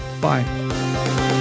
Bye